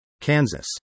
Kansas